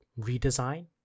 redesign